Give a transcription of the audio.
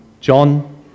John